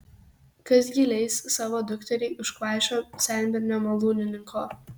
kas gi leis savo dukterį už kvaišo senbernio malūnininko